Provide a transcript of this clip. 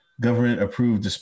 government-approved